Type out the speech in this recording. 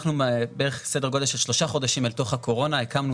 אנחנו בערך סדר גודל של שלושה חודשים אל תוך הקורונה הקמנו